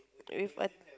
with what